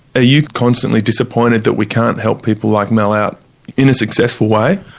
ah you constantly disappointed that we can't help people like mel out in a successful way?